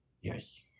Yes